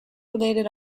related